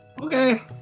Okay